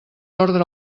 orde